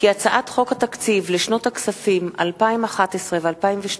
כי הצעת חוק התקציב לשנות הכספים 2011 ו-2012,